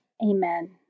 Amen